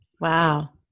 Wow